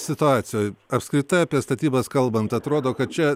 situacijoj apskritai apie statybas kalbant atrodo kad čia